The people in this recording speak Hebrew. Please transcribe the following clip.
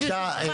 ברשותך,